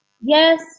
Yes